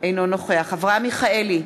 אינו נוכח אברהם מיכאלי,